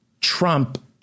Trump